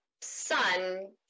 son